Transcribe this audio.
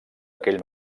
aquell